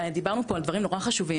דיברנו פה על דברים נורא חשובים,